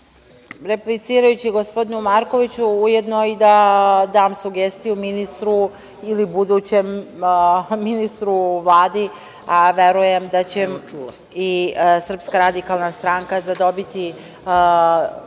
replicirajući gospodinu Markoviću, ujedno i da dam sugestiju ministru ili budućem ministru u Vladi, a verujem da će i SRS zadobiti